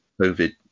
COVID